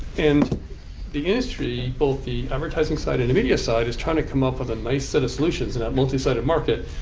and the industry, both the advertising side and the media side, is trying to come up with a nice set of solutions in that multisided market.